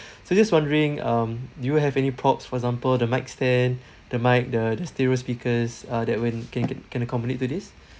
so just wondering um do you have any props for example the mic stand the mic the the stereo speakers uh that when can can can accommodate to this